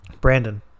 Brandon